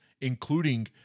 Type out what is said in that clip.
including